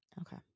okay